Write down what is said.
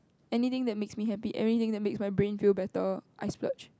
anything that makes me happy everything that makes my brain feel better I splurge